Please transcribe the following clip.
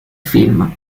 film